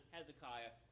Hezekiah